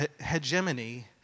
hegemony